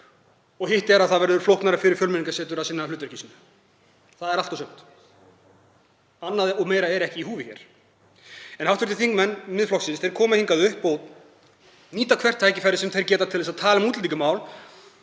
og hitt er að það verður flóknara fyrir Fjölmenningarsetur að sinna hlutverki sínu. Það er allt og sumt. Annað og meira er ekki í húfi. En hv. þingmenn Miðflokksins koma hingað upp og nýta hvert tækifæri sem þeir geta til þess að tala um útlendingamál.